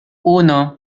uno